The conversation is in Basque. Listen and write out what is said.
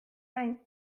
gain